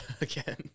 again